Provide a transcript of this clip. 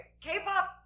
K-pop